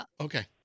Okay